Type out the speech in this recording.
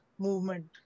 movement